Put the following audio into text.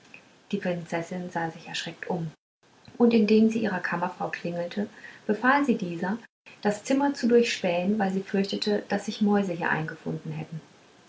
die prinzessin sah sich erschreckt um und indem sie ihrer kammerfrau klingelte befahl sie dieser das zimmer zu durchspähen weil sie fürchte daß sich mäuse hier eingefunden hätten